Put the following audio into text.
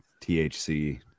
THC